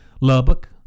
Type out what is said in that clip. Lubbock